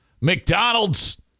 McDonald's